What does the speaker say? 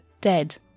dead